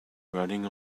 running